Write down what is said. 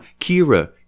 Kira